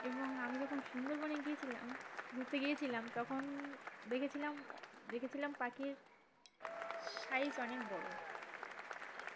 এবং আমি যখন সুন্দরবনে গিয়েছিলাম ঘুরতে গিয়েছিলাম তখন দেখেছিলাম দেখেছিলাম পাখির সাইজ অনেক বড়ো